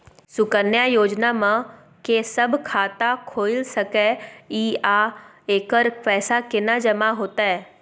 सुकन्या योजना म के सब खाता खोइल सके इ आ एकर पैसा केना जमा होतै?